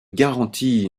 garantie